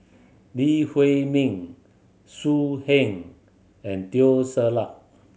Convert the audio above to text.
Lee Huei Min So Heng and Teo Ser Luck